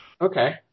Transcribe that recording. Okay